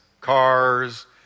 cars